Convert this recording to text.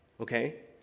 okay